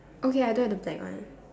okay I don't have the black one